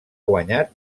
guanyat